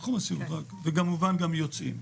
בתחום הסיעוד, וכמובן גם יוצאים.